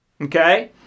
Okay